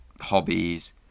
hobbies